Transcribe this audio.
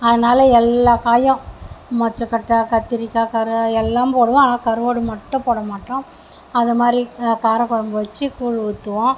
அதனால எல்லா காயும் மொச்சக்கொட்டை கத்திரிக்காய் கரு எல்லாம் போடுவோம் ஆனால் கருவாடு மட்டும் போட மாட்டோம் அதை மாதிரி காரக்குழம்பு வச்சு கூழு ஊற்றுவோம்